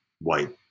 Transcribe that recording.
white